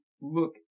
look